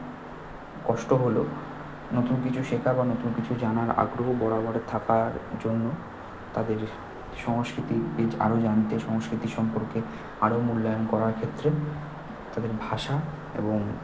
কষ্ট হলেও নতুন কিছু শেখা বা নতুন কিছু জানার আগ্রহ বরাবরের থাকার জন্য তাদের সংস্কৃতির দিক আরও জানতে সংস্কৃতি সম্পর্কে আরও মূল্যায়ন করার ক্ষেত্রে তাদের ভাষা এবং